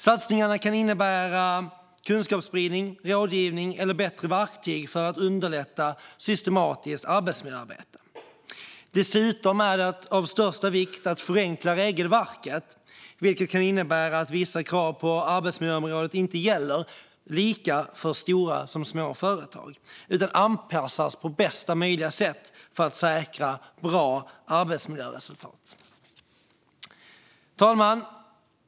Satsningarna kan innebära kunskapsspridning, rådgivning eller bättre verktyg för att underlätta systematiskt arbetsmiljöarbete. Dessutom är det av största vikt att förenkla regelverket, vilket kan innebära att vissa krav på arbetsmiljöområdet inte ska gälla lika för stora som små företag utan anpassas för att på bästa sätt säkra bra arbetsmiljöresultat. Fru talman!